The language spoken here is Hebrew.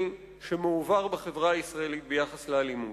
שמועבר בחברה הישראלית בכל הקשור לאלימות.